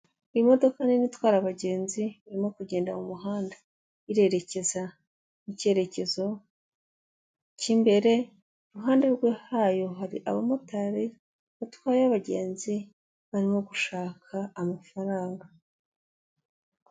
Imodoka nini itwara abagenzi, irimo kugenda mu muhanda, irerekeza mu cyeyerekezo cy'imbere, iruhande rwe hayo hari abamotari batwaye abagenzi, barimo gushaka amafaranga.